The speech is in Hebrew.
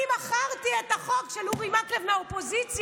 אני מכרתי את החוק של אורי מקלב מהאופוזיציה.